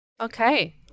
Okay